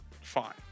fine